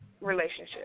Relationship